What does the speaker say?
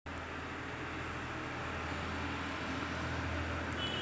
माय debit card हारवल तर मले कंपलेंट कराची हाय